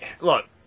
look